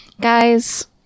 Guys